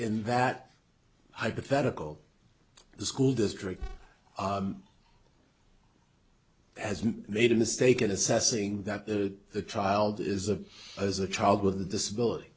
in that hypothetical the school district has made a mistake in assessing that the child is a as a child with a disability